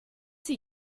sie